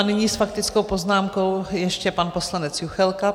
Nyní s faktickou poznámkou ještě pan poslanec Juchelka.